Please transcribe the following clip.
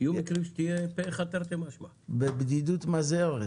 בבדידות מזהרת,